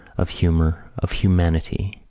of humour, of humanity,